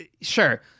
sure